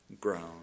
ground